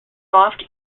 soft